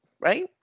right